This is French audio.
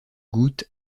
gouttes